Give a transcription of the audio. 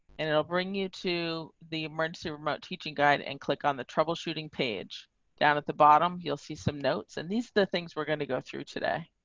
and it'll bring you to the emergency room about teaching guide and click on the troubleshooting page down at the bottom you'll see some notes and these the things we're going to go through today.